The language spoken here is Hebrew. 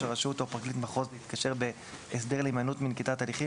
הרשות או פרקליט מחוז להתקשר בהסדר להימנעות מנקיטת הליכים,